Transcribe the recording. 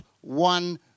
one